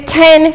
ten